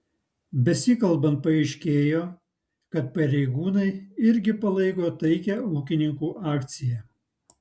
besikalbant paaiškėjo kad pareigūnai irgi palaiko taikią ūkininkų akciją